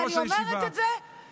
ואני אומרת את זה כדרך אגב.